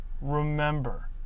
remember